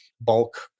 bulk